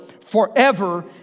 forever